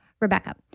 Rebecca